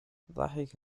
ضحك